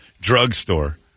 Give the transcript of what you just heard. drugstore